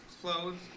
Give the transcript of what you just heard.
clothes